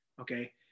Okay